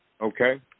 okay